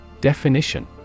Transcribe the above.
Definition